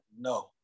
no